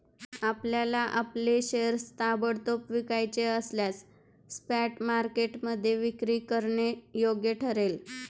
आपल्याला आपले शेअर्स ताबडतोब विकायचे असल्यास स्पॉट मार्केटमध्ये विक्री करणं योग्य ठरेल